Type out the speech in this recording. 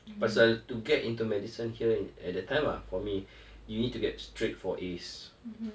pasal to get into medicine here at that time ah for me you need to get straight four A's